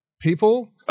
People